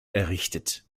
errichtet